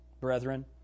brethren